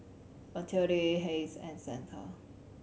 Matilde Hayes and Santa